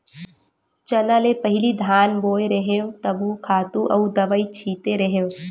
चना ले पहिली धान बोय रेहेव तभो खातू अउ दवई छिते रेहेव